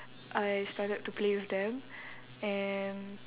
I started to play with them and